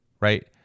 Right